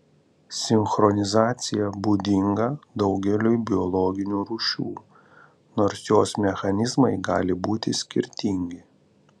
sinchronizacija būdinga daugeliui biologinių rūšių nors jos mechanizmai gali būti skirtingi